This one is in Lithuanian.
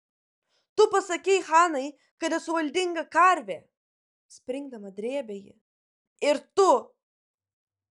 tu pasakei hanai kad esu valdinga karvė springdama drėbė ji ir tu